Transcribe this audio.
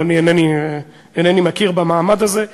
אבל אני אינני מכיר במעמד הזה,